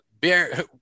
Bear